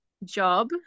job